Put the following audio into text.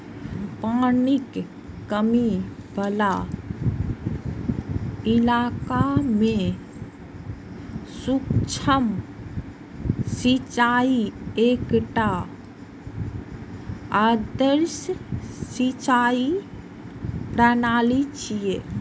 पानिक कमी बला इलाका मे सूक्ष्म सिंचाई एकटा आदर्श सिंचाइ प्रणाली छियै